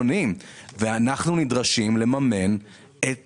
נדרשים לממן את